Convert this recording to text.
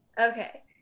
okay